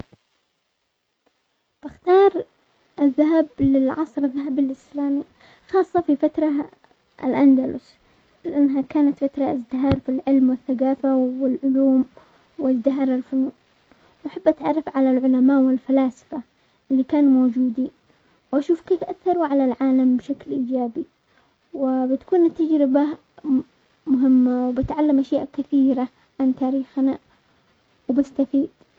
بختار الذهاب للعصر الذهبي الاسلامي خاصة في فترة الاندلس، لانها كانت فطرة ازدهار في العلم والثقافة والعلوم وازدهار الفنون، واحب اتعرف على العلماء والفلاسفة اللي كانوا موجودين واشوف كيف اثروا على العالم بشكل ايجابي، وبتكون التجربة م-مهمة وبتعلم اشياء كثيرة عن تاريخنا وبستفيد.